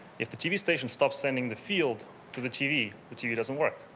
if the tv station stops sending the field to the tv, the tv doesn't work.